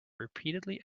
repeatedly